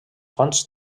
fonts